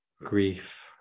grief